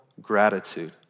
gratitude